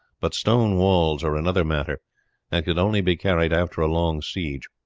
but stone walls are another matter, and could only be carried after a long siege.